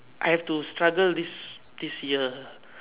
I have to struggle this this year